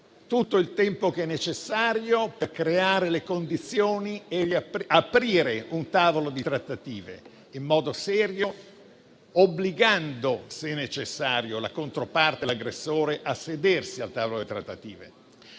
tutto il tempo necessario per creare le condizioni per aprire un tavolo di trattative, in modo serio, obbligando se necessario la controparte, l'aggressore, a sedersi al tavolo delle trattative.